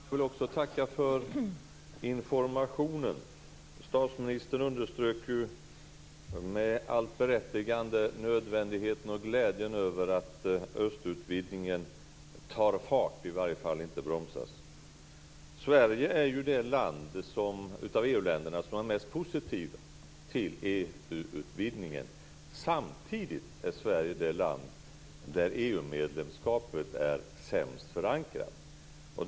Fru talman! Jag vill också tacka för informationen. Statsministern underströk med allt berättigande nödvändigheten av och glädjen över att östutvidgningen tar fart eller i varje fall inte bromsas. Sverige är det land av EU-länderna som är mest positivt till EU-utvidgningen. Samtidigt är Sverige det land där EU-medlemskapet är sämst förankrat.